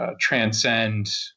transcend